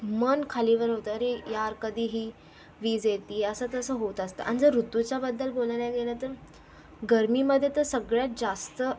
मन खालीवर होतं अरे यार कधी ही वीज येतीय असं तसं होत असतं आणि जर ऋतुच्याबद्दल बोलायला गेलं तर गर्मीमध्ये तर सगळ्यात जास्त